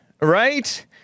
right